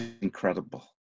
incredible